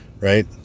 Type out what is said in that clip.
right